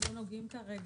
שלא נוגעים כרגע,